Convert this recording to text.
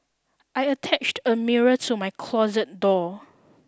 I attached a mirror to my closet door